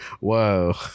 Whoa